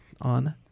on